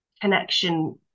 connection